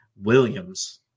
Williams